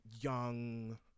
young